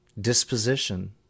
disposition